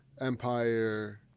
Empire